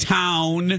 town